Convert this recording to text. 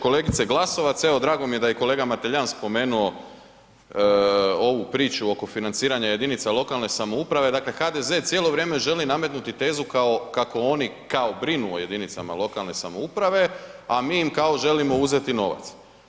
Kolegice Glasovac, evo, drago mi je da je kolega Mateljan spomenuo ovu priču oko financiranja jedinica lokalne samouprave, dakle HDZ cijelo vrijeme želi nametnuti tezu kao kako oni kao brinu o jedinicama lokalne samouprave, a mi im kao želimo uzeti novac.